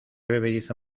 bebedizo